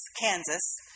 Kansas